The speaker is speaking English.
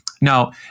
Now